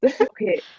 okay